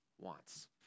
wants